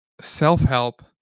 Self-help